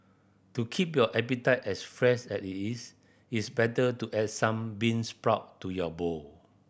to keep your appetite as fresh as it is it's better to add some bean sprout to your bowl